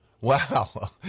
Wow